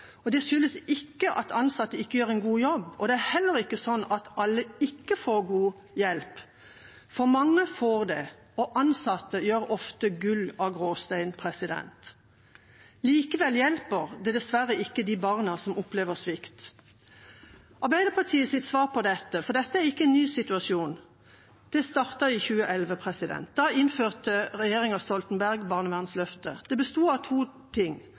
Det skyldes ikke at ansatte ikke gjør en god jobb. Det er heller ikke sånn at alle ikke får god hjelp, for mange får det. Og ansatte gjør ofte gull av gråstein, men det hjelper dessverre ikke de barna som opplever svikt. Dette er ikke en ny situasjon, det startet i 2011. Da innførte regjeringa Stoltenberg barnevernsløftet. Det besto av to ting: